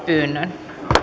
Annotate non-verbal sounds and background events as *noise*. *unintelligible* pyyntöä